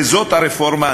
וזאת הרפורמה.